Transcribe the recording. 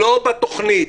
לא בתוכנית.